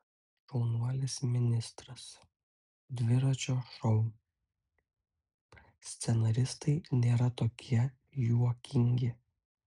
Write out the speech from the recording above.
šaunuolis ministras dviračio šou scenaristai nėra tokie juokingi